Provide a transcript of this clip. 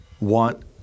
want